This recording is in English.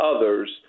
others